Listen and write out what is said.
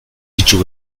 itsu